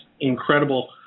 incredible